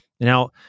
Now